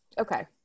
Okay